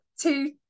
two